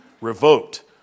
revoked